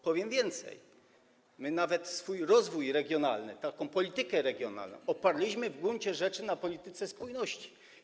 Powiem więcej, my nawet swój rozwój regionalny, politykę regionalną oparliśmy w gruncie rzeczy na polityce spójności.